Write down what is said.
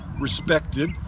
respected